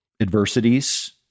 adversities